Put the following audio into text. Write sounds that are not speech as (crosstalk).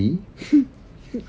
(laughs)